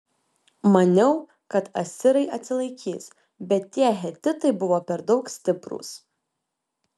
maniau kad asirai atsilaikys bet tie hetitai buvo per daug stiprūs